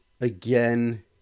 again